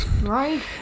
Right